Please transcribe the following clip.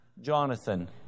Jonathan